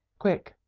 quick,